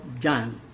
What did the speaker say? John